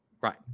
right